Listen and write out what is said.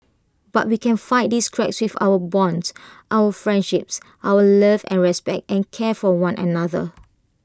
but we can fight these cracks with our bonds our friendships our love and respect and care for one another